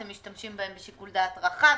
אתם משתמשים בהם בשיקול דעת רחב,